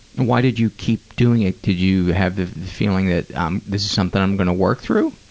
and why did you keep doing it? did you have the feeling that um this is something i'm going to work through?